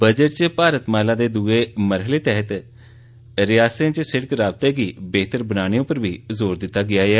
budget च भारतमाला दे दूये मरहले तैहत रियासतें च सिड़क राबतें गी बेहतर बनाने उप्पर बी जोर दिता गेआ ऐ